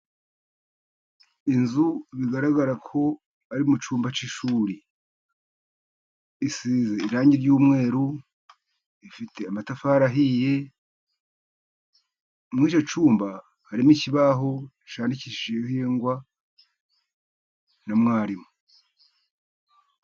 Inzu bigaragara ko ari mu cyumba cy'ishuri. Isize irangi ry'umweru, ifite amatafari ahiye, muri icyo cyumba harimo ikibaho cyandikishijeho ibihingwa na mwarimu.